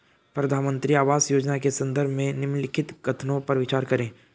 प्रधानमंत्री आवास योजना के संदर्भ में निम्नलिखित कथनों पर विचार करें?